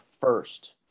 first